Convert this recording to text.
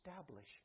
establish